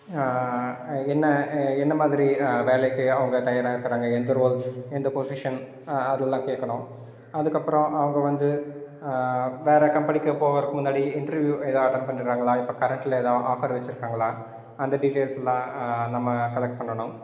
என்ன என்ன மாதிரி வேலைக்கு அவங்க தயாராக இருக்கிறாங்க எந்த ரோல் எந்த பொசிஷன் அதெல்லாம் கேட்கணும் அதுக்கப்புறம் அவங்க வந்து வேறு கம்பெனிக்கு போகிறதுக்கு முன்னாடி இன்டெர்வியூ ஏதாவது அட்டென்ட் பண்ணிருக்காங்களா இப்போ கரண்ட்டில் ஏதாவது ஆஃபர் வச்சுருக்காங்களா அந்த டீட்டெயில்ஸ்லாம் நம்ம கலெக்ட் பண்ணனும்